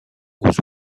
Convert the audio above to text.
aux